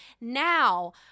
now